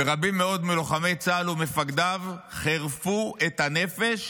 ורבים מאוד מלוחמי צה"ל ומפקדיו חירפו את הנפש